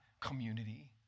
community